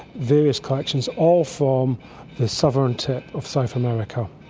various collections, all from the southern tip of south america,